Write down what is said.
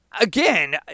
Again